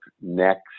next